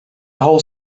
whole